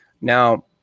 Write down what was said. Now